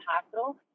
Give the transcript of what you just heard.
hospital